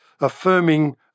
affirming